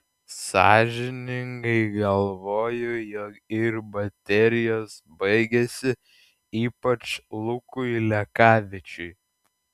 sąžiningai galvoju jog ir baterijos baigėsi ypač lukui lekavičiui